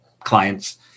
clients